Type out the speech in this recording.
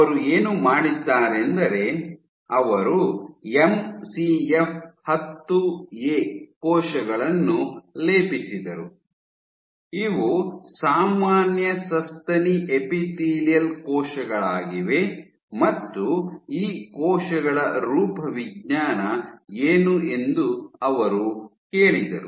ಅವರು ಏನು ಮಾಡಿದ್ದಾರೆಂದರೆ ಅವರು ಎಂಸಿಎಫ್ 10 ಎ ಕೋಶಗಳನ್ನು ಲೇಪಿಸಿದರು ಇವು ಸಾಮಾನ್ಯ ಸಸ್ತನಿ ಎಪಿಥೇಲಿಯಲ್ ಕೋಶಗಳಾಗಿವೆ ಮತ್ತು ಈ ಕೋಶಗಳ ರೂಪವಿಜ್ಞಾನ ಏನು ಎಂದು ಅವರು ಕೇಳಿದರು